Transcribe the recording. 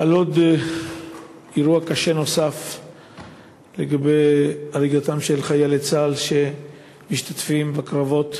על אירוע קשה נוסף של הריגת חיילי צה"ל שמשתתפים בקרבות